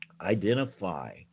Identify